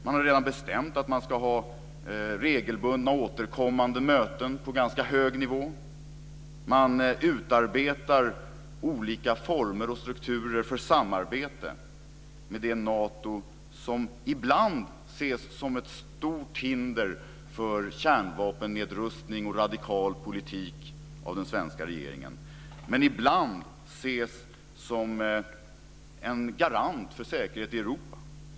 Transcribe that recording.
Man har redan bestämt att man ska ha regelbundna återkommande möten på ganska hög nivå. Man utarbetar olika former och strukturer för samarbete med det Nato som ibland ses som ett stort hinder för kärnvapennedrustning och en radikal politik av den svenska regeringen men som ibland ses som en garant för säkerheten i Europa.